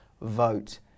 vote